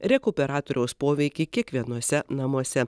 rekuperatoriaus poveikį kiekvienuose namuose